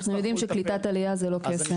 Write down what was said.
אנחנו יודעים שקליטת עלייה זה לא קסם.